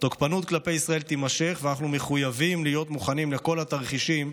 התוקפנות כלפי ישראל תימשך ואנחנו מחויבים להיות מוכנים לכל התרחישים,